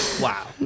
Wow